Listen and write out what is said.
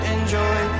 Enjoy